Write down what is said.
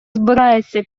збираються